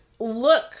Look